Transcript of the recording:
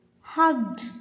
Hugged